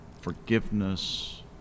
forgiveness